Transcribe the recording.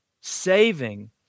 saving